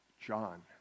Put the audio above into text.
John